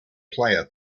player